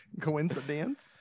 Coincidence